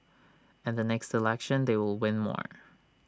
and the next election they will win more